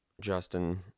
Justin